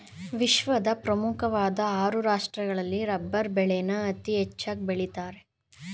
ವಿಶ್ವದ ಪ್ರಮುಖ್ವಾಧ್ ಆರು ರಾಷ್ಟ್ರಗಳಲ್ಲಿ ರಬ್ಬರ್ ಬೆಳೆನ ಅತೀ ಹೆಚ್ಚಾಗ್ ಬೆಳಿತಾರೆ